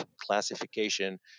classification